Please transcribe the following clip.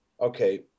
okay –